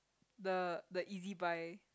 the the e_z-buy